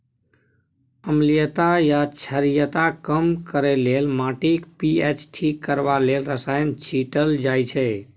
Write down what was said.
अम्लीयता या क्षारीयता कम करय लेल, माटिक पी.एच ठीक करबा लेल रसायन छीटल जाइ छै